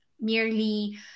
merely